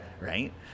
Right